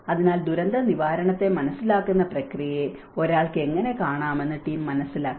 അതിനാൽ ദുരന്തനിവാരണത്തെ മനസ്സിലാക്കുന്ന പ്രക്രിയയെ ഒരാൾക്ക് എങ്ങനെ കാണാമെന്ന് ടീം മനസ്സിലാക്കി